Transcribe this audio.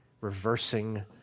reversing